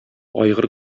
айгыр